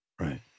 Right